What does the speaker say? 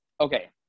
okay